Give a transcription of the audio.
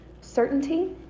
certainty